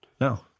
No